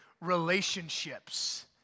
relationships